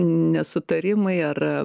nesutarimai ar